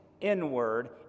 inward